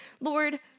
Lord